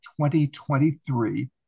2023